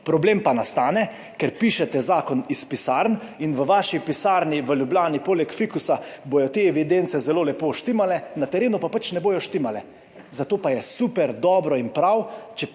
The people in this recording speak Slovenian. Problem pa nastane, ker pišete zakon iz pisarn in v vaši pisarni v Ljubljani poleg fikusa bodo te evidence zelo lepo štimale, na terenu pa ne bodo štimale, zato pa je super, dobro in prav,